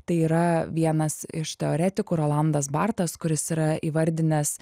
tai yra vienas iš teoretikų rolandas bartas kuris yra įvardinęs